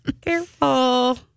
careful